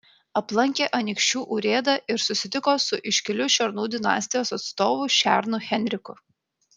aplankė anykščių urėdą ir susitiko su iškiliu šernų dinastijos atstovu šernu henriku